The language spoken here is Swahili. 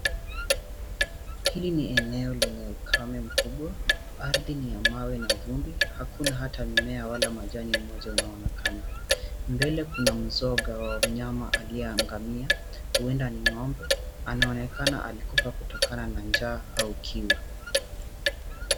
Hili ni eneo lenye ukame mkubwa ardhi ni ya mawe na vumbi hakuna hata mimea wala majani moja unaonekana . Mbele kuna mzoga wa mnyama aliyeangamia uenda ni ng'ombe anaonekana alikufa kutokana na njaa au kiu.